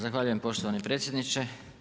Zahvaljujem poštovani predsjedniče.